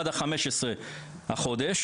לצורך העניין,